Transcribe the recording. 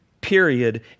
Period